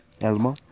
Elmo